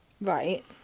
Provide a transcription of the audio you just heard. right